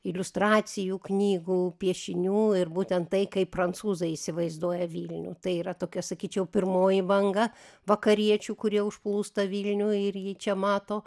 iliustracijų knygų piešinių ir būtent tai kaip prancūzai įsivaizduoja vilnių tai yra tokia sakyčiau pirmoji banga vakariečių kurie užplūsta vilniuj ir jį čia mato